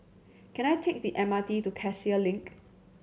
can I take the M R T to Cassia Link